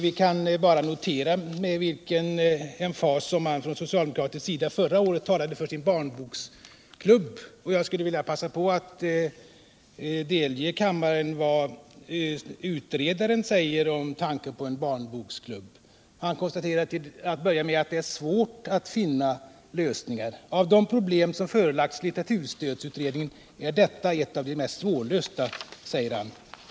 Vi kunde förra året notera med vilken emfas som man från socialdemokratiskt håll talade för sin barnboksklubb. Jag skulle vilja delge kammaren vad den av regeringen tillkallade utredaren säger om tanken på en barnboksklubb. Han konstaterar till att börja med att det är svårt att finna lösningar. Bland de problem som har förelagts litteraturstödsutredningen är detta ett av de mest svårlösta, säger han.